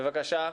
בבקשה.